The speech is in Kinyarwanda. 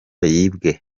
yibwe